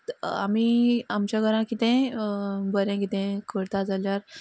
आमी आमच्या घरांत कितेंय बरें कितेंय करता जाल्यार